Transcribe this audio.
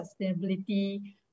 sustainability